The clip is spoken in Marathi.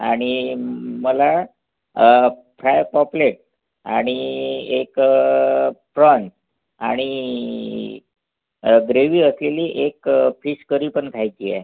आणि मला फ्राय पॉपलेट आणि एक प्रॉंज आणि ब्रेवी असलेली एक फिश करी पण खायची आहे